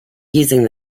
using